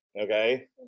okay